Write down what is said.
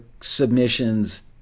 submissions